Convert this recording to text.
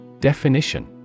Definition